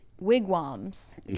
wigwams